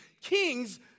kings